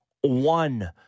one